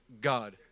God